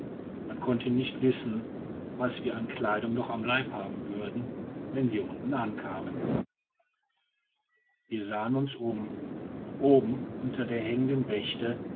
man konnte nicht wissen was wir an kleidung noch am leibe haben würden wenn wir unten ankamen wir sahen uns um oben unter der hängenden